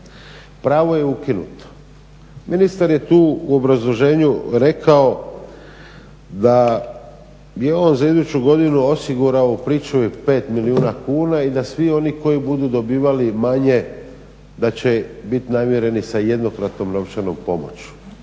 pravo je ukinuto. Ministar je tu u obrazloženju rekao da bi on za iduću godinu osigurao u pričuvi 5 milijuna kuna i da svi oni koji budu dobivali manje da će biti namireni sa jednokratnom novčanom pomoći.